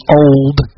old